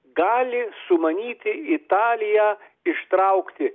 gali sumanyti italiją ištraukti